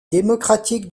démocratique